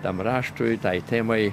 tam raštui tai temai